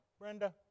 Brenda